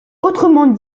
autrement